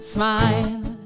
Smile